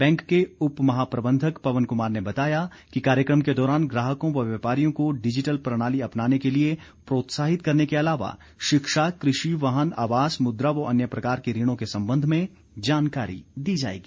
bank के उप महाप्रबंधक पवन कुमार ने बताया कि कार्यक्रम के दौरान ग्राहकों व व्यापारियों को डिजिटल प्रणाली अपनाने के लिए प्रोत्साहित करने के अलावा शिक्षा कृषि वाहन आवास मुद्रा व अन्य प्रकार के ऋणों के संबंध में जानकारी दी जाएगी